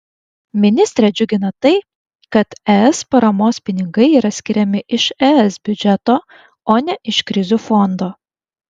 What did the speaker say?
ministrę džiugina tai kad es paramos pinigai yra skiriami iš es biudžeto o ne iš krizių fondo